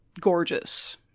gorgeous